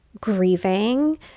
grieving